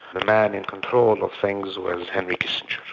the man in control of things was henry kissinger,